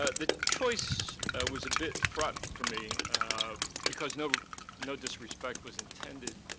ah the choice was a bit fraught for me because no no disrespect was intended